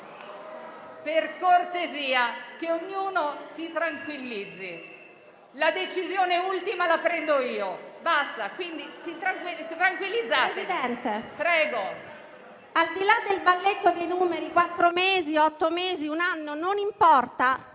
Presidente, al di là del balletto dei numeri - quattro mesi, otto mesi, un anno, non importa